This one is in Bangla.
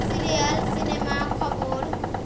সিরিয়াল সিনেমা খবর